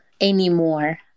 anymore